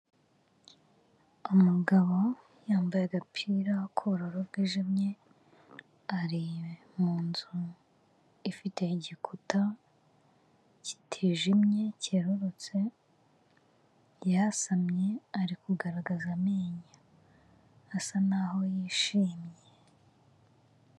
Umugabo yambaye agapira k'ubururu bwijimye, ari mu nzu ifite igikuta kitijimye, kerurutse. Yasamye ari kugaragaza amenyo, asa naho yishimye.